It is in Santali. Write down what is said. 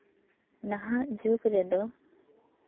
ᱱᱟᱦᱟᱜ ᱡᱩᱜᱽ ᱨᱮᱫᱚ